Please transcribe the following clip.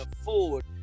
afford